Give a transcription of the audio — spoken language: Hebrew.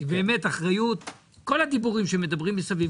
כל הדיבורים שמדברים מסביב,